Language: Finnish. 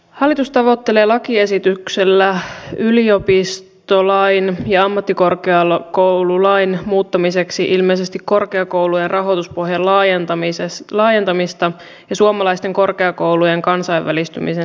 hallitus tavoittelee lakiesityksellä yliopistolain ja ammattikorkeakoululain muuttamiseksi ilmeisesti korkeakoulujen rahoituspohjan laajentamista ja suomalaisten korkeakoulujen kansainvälistymisen edistämistä